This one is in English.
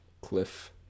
Cliff